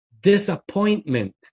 disappointment